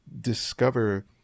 discover